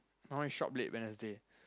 I want shop late Wednesday